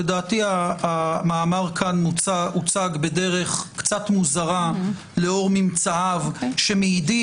לדעתי המאמר כאן הוצג בדרך קצת מוזרה לאור ממצאיו שמעידים